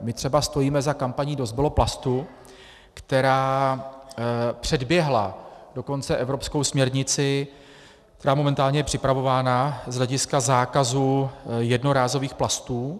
My třeba stojíme za kampaní Dost bylo plastu, která předběhla dokonce evropskou směrnici, která je momentálně připravována, z hlediska zákazu jednorázových plastů.